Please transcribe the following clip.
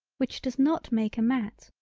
which does not make a mat.